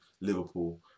Liverpool